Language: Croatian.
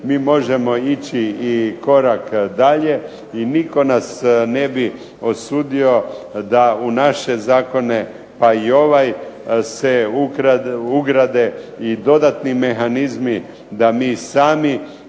mi možemo ići i korak dalje i nitko nas ne bi osudio da u naše zakone pa i ovaj se ugrade i dodatni mehanizmi da mi sami